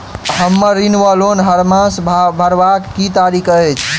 हम्मर ऋण वा लोन हरमास भरवाक की तारीख अछि?